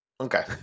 okay